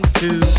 two